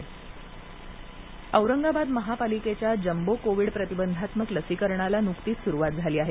औरंगाबाद औरंगाबाद महापालिकेच्या jumbo Covid प्रतिबंधात्मक लसीकरणाला नुकतीच सुरुवात झाली आहे